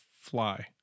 fly